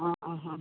ആ ആ ഹാ